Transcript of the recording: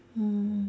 mm